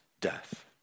death